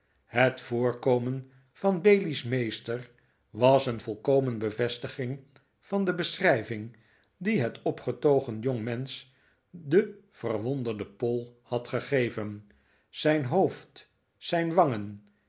het voorkomen van bailey's meester was een volkomen bevestiging van de beschrijving die het ppgetogen jongmensch den verwonderden poll had gegeven zijn hoofd zijn wangen